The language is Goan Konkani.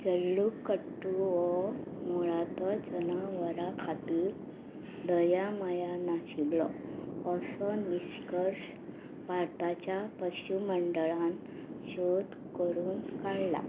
जल्लुकट्टू हो मुळांत जनावरां खातीर दया मया नाशिल्लो असो निश्कर्श भारताच्या पशुमंडळान शोध करून काडला